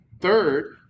Third